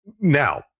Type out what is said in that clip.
Now